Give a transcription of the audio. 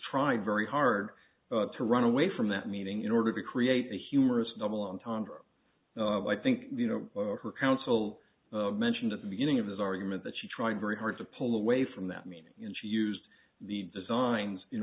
tried very hard to run away from that meeting in order to create a humorous double entendre i think you know her counsel mentioned at the beginning of his argument that she tried very hard to pull away from that meaning and she used the designs in